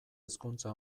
hezkuntza